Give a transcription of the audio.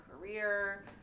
career